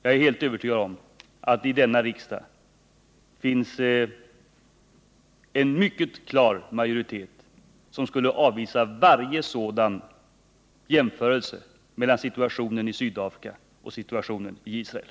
Jag är helt övertygad om att det i denna riksdag finns en mycket klar majoritet som skulle avvisa varje sådan jämförelse mellan situationen i Sydafrika och situationen i Israel.